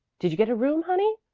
did you get a room, honey?